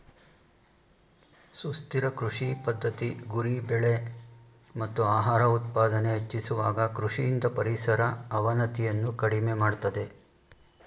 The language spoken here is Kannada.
ಸುಸ್ಥಿರ ಕೃಷಿ ಪದ್ಧತಿ ಗುರಿ ಬೆಳೆ ಮತ್ತು ಆಹಾರ ಉತ್ಪಾದನೆ ಹೆಚ್ಚಿಸುವಾಗ ಕೃಷಿಯಿಂದ ಪರಿಸರ ಅವನತಿಯನ್ನು ಕಡಿಮೆ ಮಾಡ್ತದೆ